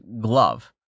glove